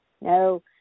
No